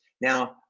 Now